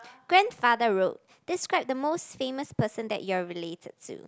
grandfather road describe the most famous person that you are related to